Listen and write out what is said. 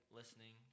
listening